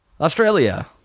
Australia